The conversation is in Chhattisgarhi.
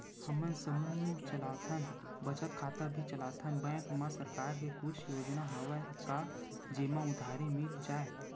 हमन समूह चलाथन बचत खाता भी चलाथन बैंक मा सरकार के कुछ योजना हवय का जेमा उधारी मिल जाय?